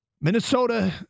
Minnesota